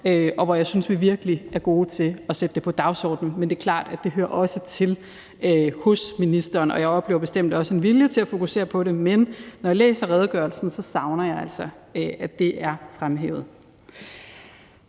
og hvor jeg synes, at vi virkelig er gode til at sætte det på dagsordenen. Men det er klart, at det også hører til hos ministeren, og jeg oplever bestemt også en vilje til at fokusere på det, men når jeg læser redegørelsen, savner jeg altså, at det er fremhævet.